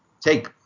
take